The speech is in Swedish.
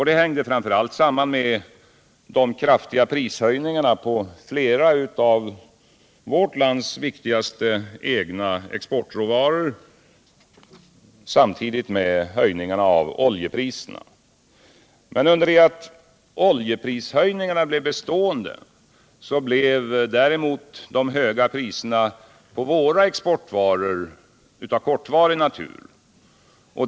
Det hängde framför allt samman med de kraftiga prishöjningarna på flera av våra viktigaste egna exportråvaror samtidigt med höjningarna av oljepriserna. Under det att oljeprishöjningarna blev bestående blev däremot de höga priserna på våra egna exportvaror av kortvarig natur.